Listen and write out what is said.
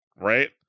right